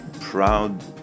proud